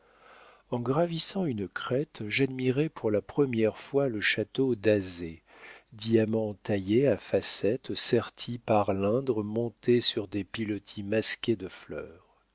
en gravissant une crête j'admirai pour la première fois le château d'azay diamant taillé à facettes serti par l'indre monté sur des pilotis masqués de fleurs